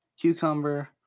cucumber